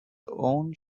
own